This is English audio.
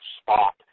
spot